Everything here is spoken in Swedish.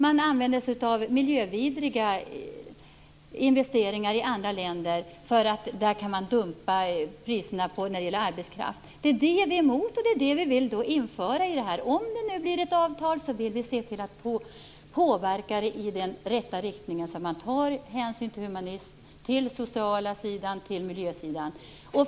Man använder sig av miljövidriga investeringar i andra länder därför att man där kan dumpa priserna på arbetskraft. Det är vi emot och det vill vi inte införa. Om det blir ett avtal vill vi se till att påverka det i den rätta riktningen så att man tar hänsyn till humanism, den sociala sidan och miljösidan.